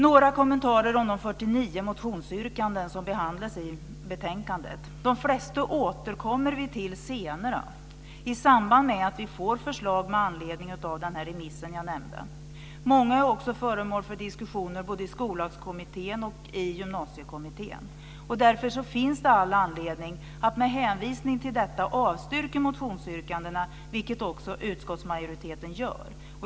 Några kommentarer om de 49 motionsyrkanden som behandlas i betänkandet. De flesta återkommer vi till senare i samband med att vi får förslag med anledning av den remiss jag nämnde. Många är också föremål för diskussioner i både i Skollagskommittén och i Gymnasiekommittén. Därför finns det all anledning att med hänvisning till detta avstyrka motionsyrkandena, vilket också utskottsmajoriteten gör.